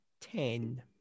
ten